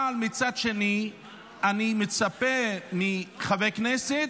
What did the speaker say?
אבל מצד שני אני מצפה מחבר כנסת,